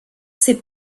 ces